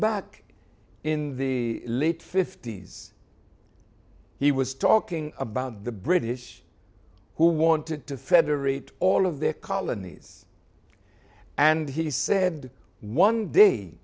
back in the late fifty's he was talking about the british who wanted to federate all of their colonies and he said one day